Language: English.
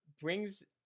brings